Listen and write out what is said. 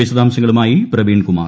വിശദാംശങ്ങളുമായി പ്രവീൺ കുമാർ